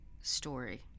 story